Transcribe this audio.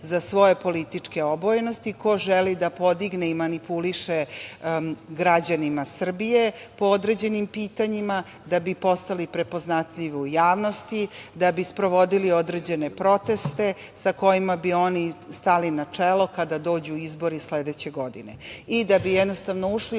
za svoje političke obojenosti, ko želi da podigne i manipuliše građanima Srbije po određenim pitanjima da bi postali prepoznatljivi u javnosti, da bi sprovodili određene proteste sa kojima bi oni stali na čelo kada dođu izbori sledeće godine i da bi, jednostavno, ušli